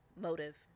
motive